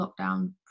lockdown